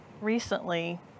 Recently